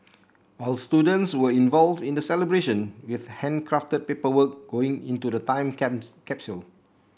all students were involved in the celebration with handcrafted paperwork going into the time capsule